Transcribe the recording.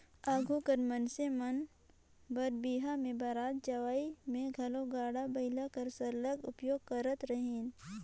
आघु कर मइनसे मन बर बिहा में बरात जवई में घलो गाड़ा बइला कर सरलग उपयोग करत रहिन